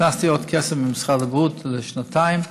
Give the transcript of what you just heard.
הכנסתי עוד כסף ממשרד הבריאות לשנתיים,